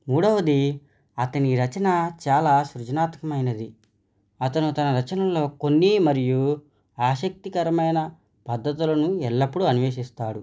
మూడవది అతని రచన చాలా సృజనాత్మకమైనది అతను తన రచనలలో కొన్ని మరియు ఆసక్తికరమైన పద్దతులను ఎల్లప్పుడూ అన్వేషిస్తాడు